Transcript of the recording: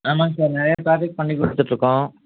ஆமாங்க சார் நிறைய ப்ராஜெக்ட் பண்ணிக் கொடுத்துட்ருக்கோம்